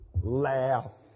Laugh